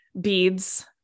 beads